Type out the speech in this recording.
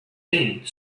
thing